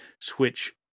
switch